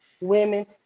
women